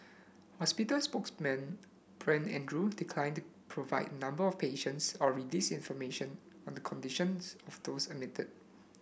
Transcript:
hospital spokesman Brent Andrew declined to provide number of patients or release information on the conditions of those admitted